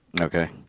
Okay